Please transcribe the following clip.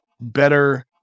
better